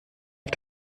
auf